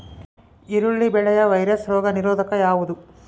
ಈರುಳ್ಳಿ ಬೆಳೆಯ ವೈರಸ್ ರೋಗ ನಿರೋಧಕ ಯಾವುದು?